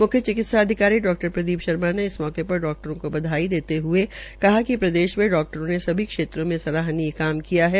म्ख्य चिकित्सा अधिकारी डा प्रदी शर्मा ने इस मौके र डाक्टरों को बधाई देते हये कहा कि प्रदेश में डाक्टरों ने सभी क्षेत्रों में सराहनीय कार्य किया है